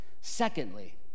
Secondly